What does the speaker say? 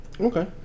Okay